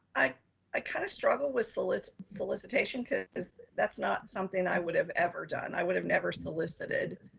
i i kind of struggled with solicit solicitation cause that's not something i would have ever done. i would have never solicited.